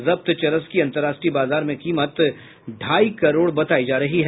जब्त चरस की अंतर्राष्ट्रीय बाजार में कीमत ढ़ाई करोड़ बतायी जा रहा है